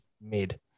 mid